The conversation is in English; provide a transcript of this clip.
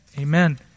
Amen